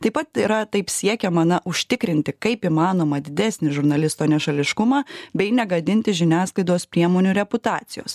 taip pat yra taip siekiama na užtikrinti kaip įmanoma didesnį žurnalisto nešališkumą bei negadinti žiniasklaidos priemonių reputacijos